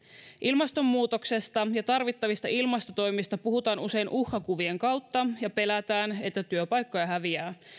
ilmastonmuutoksesta ja tarvittavista ilmastotoimista puhutaan usein uhkakuvien kautta ja pelätään että työpaikkoja häviää